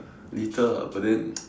little ah but then